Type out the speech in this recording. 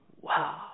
Wow